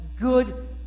good